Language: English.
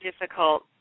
difficult